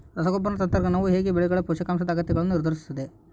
ರಸಗೊಬ್ಬರ ತಂತ್ರಜ್ಞಾನವು ಹೇಗೆ ಬೆಳೆಗಳ ಪೋಷಕಾಂಶದ ಅಗತ್ಯಗಳನ್ನು ನಿರ್ಧರಿಸುತ್ತದೆ?